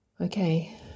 Okay